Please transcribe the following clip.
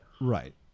Right